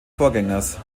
vorgängers